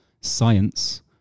Science